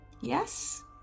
Yes